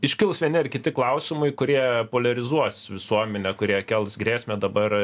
iškils vieni ar kiti klausimai kurie poliarizuos visuomenę kurie kels grėsmę dabar